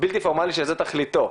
בלתי פורמלי שזו תכליתו.